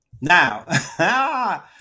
Now